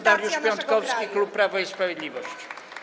Dariusz Piontkowski, klub Prawo i Sprawiedliwość.